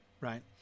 right